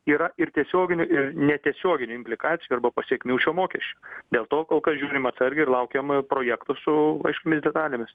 yra ir tiesioginių ir netiesioginių implikacijų arba pasekmių šio mokesčio dėl to kol kas žiūrim atsargiai ir laukiam projektų su aiškiomis detalėmis